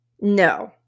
No